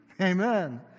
Amen